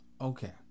Okay